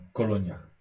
koloniach